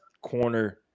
corner